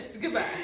Goodbye